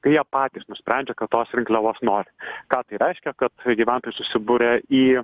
kai jie patys nusprendžia kad tos rinkliavos nori ką tai reiškia kad gyventojai susiburia į